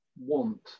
want